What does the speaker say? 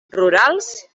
rurals